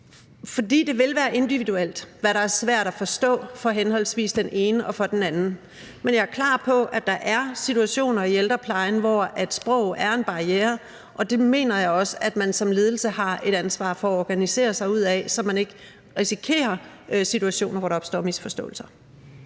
For det vil være individuelt, hvad der svært at forstå for henholdsvis den ene og den anden. Jeg er klar over, at der er situationer i ældreplejen, hvor sprog er en barriere, og det mener jeg også man som ledelse har et ansvar for at organisere sig ud af, så man ikke risikerer situationer, hvor der opstår misforståelser.